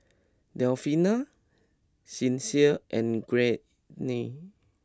Delfina Sincere and Gwyneth